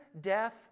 death